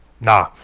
Nah